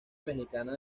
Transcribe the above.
mexicana